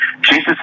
Jesus